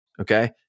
Okay